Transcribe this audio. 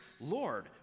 Lord